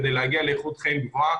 כדי להגיע לאיכות חיים גבוהה,